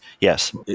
yes